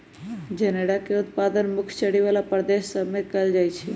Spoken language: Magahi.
जनेरा के उत्पादन मुख्य चरी बला प्रदेश सभ में कएल जाइ छइ